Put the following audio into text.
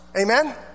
Amen